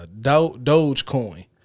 Dogecoin